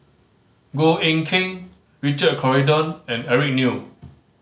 Goh Eck Kheng Richard Corridon and Eric Neo